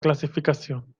clasificación